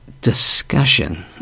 discussion